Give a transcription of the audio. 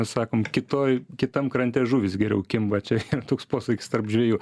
sakom kitoj kitam krante žuvys geriau kimba čia yra toks posakis tarp žvejų